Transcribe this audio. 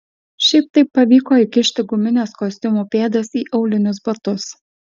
šiaip taip pavyko įkišti gumines kostiumų pėdas į aulinius batus